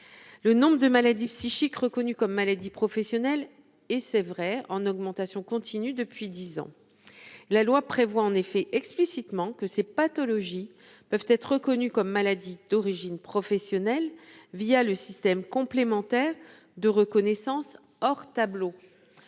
le nombre de maladies psychiques reconnues comme maladie professionnelle et c'est vrai en augmentation continue depuis 10 ans, la loi prévoit en effet explicitement que ces pathologies peuvent être reconnues comme maladies d'origine professionnelle, via le système complémentaire. De reconnaissance hors tableau,